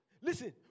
Listen